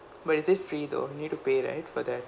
but is it free though you need to pay right for that